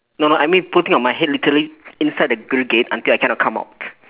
no no I mean putting on my head literally inside the grill gate until I cannot come out